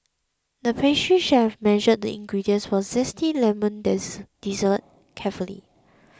the pastry chef measured the ingredients for zesty lemon dessert carefully